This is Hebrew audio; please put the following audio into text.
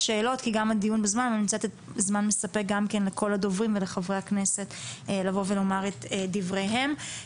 שאלות אתן זמן מספק לכל הדוברים ולחברי הכנסת לבוא ולומר את דבריהם.